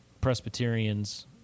Presbyterians